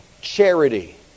charity